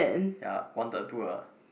ya wanted to ah